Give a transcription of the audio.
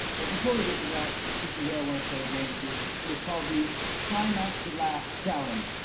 but before we get to that, since you're here, i want to play a game with you that is called the try not to laugh challenge.